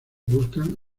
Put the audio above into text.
buscan